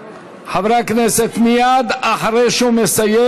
חברי הכנסת, מייד אחרי שהוא מסיים,